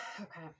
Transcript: okay